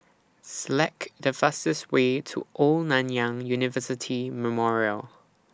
Select The fastest Way to Old Nanyang University Memorial